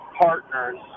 partners